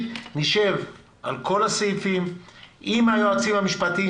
נשב על כל הסעיפים עם היועצים המשפטיים,